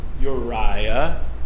Uriah